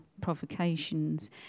provocations